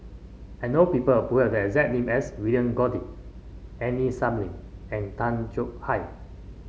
I know people who have the exact name as William Goode Aini Salim and Tay Chong Hai